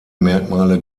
merkmale